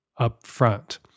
upfront